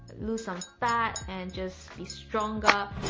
lose some fat and just be stronger,